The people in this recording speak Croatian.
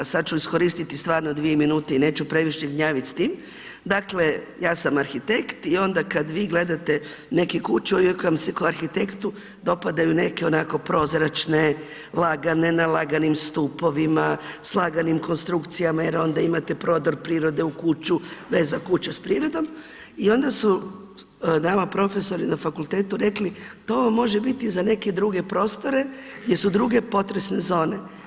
Sad ću iskoristiti 2 minute i neću previše gnjavit s tim, dakle ja sam arhitekt i onda kad vi gledate neku kuću i uvijek vam se ko arhitektu dopadaju neke onako prozračne, lagane, na laganim stupovima, s laganim konstrukcijama jer onda imate prodor prirode u kuću, veza kuće s prirodom i onda su nama profesori na fakultetu rekli to vam može biti za neke druge prostore jer su druge potresne zone.